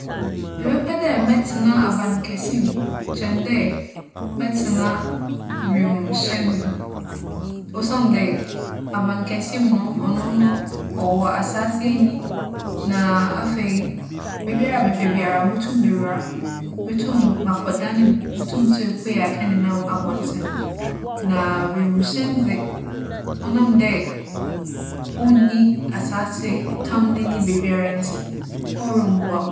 Mebɛpɛ dɛ mɛtsena abankɛse mu kyɛn dɛ mɛtsena wimuhyɛn mu. Osiandɛ, abankɛse mu no, ͻno no ͻwͻ asaase enyi. Na afei, beebiara a mepɛ biara motum mewura. Motum makͻ dan mu, motum so epue akͻnenam abͻntsen. Na wimuhyɛn dze, ͻnam dɛ onnyi asaasetam n'enyi beebiara ntsi, hͻ rommboa me.